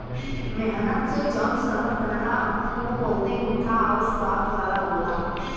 मेहनत से जौन शहद बनला उ बहुते मीठा आउर स्वाद वाला होला